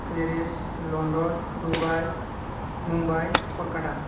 Paris London Dubai Mumbai Kolkata